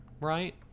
right